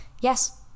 Yes